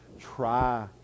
try